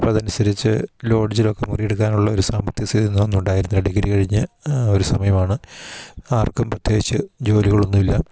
അപ്പം അതനുസരിച്ച് ലോഡ്ജിലൊക്കെ മുറിയെടുക്കാനുള്ള ഒരു സാമ്പത്തിക സ്ഥതിയൊന്നും അന്നുണ്ടായിരുന്നില്ല ഡിഗ്രി കഴിഞ്ഞ് ഒരു സമയമാണ് ആർക്കും പ്രത്യേകിച്ച് ജോലികളൊന്നും ഇല്ല